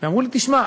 ואמרו לי: תשמע,